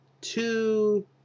two